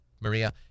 Maria